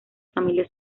familias